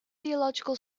theological